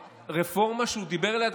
ברפורמה שהוא דיבר עליה,